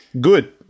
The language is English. good